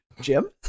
Jim